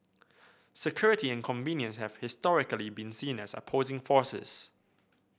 security and convenience have historically been seen as opposing forces